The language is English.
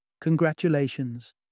Congratulations